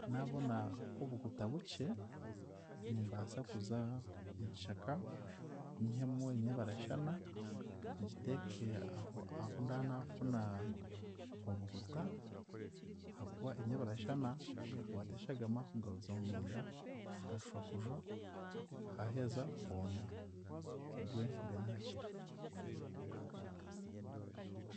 Naabona nk'obuhuta bukye, nimbaasa kuza omu kishaka, nyihemu enyabarashana, ngiteeke aho aho ahu nda naafuna obuhuta ahakuba enyabarashana neekwata eshagama kugaruza omunda ntashwa kujwa, haaheza hoome. Obwe mbe naakira.